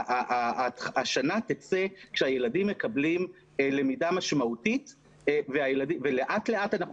השנה תצא כשהילדים מקבלים למידה משמעותית ולאט לאט אנחנו